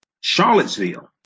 Charlottesville